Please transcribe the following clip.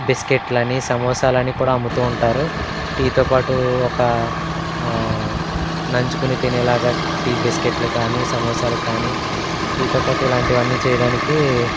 బిస్కెట్లని సమోసాలని కూడా అమ్ముతూ ఉంటారు టీతో పాటు ఒక నంచుకుని తినేలాగా టీ బిస్కెట్లు కానీ సమోసాలు కానీ టీతో పాటు ఇలాంటి వన్నీ చేయడానికి